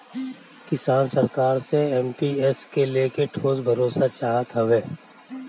किसान सरकार से एम.पी.एस के लेके ठोस भरोसा चाहत हवे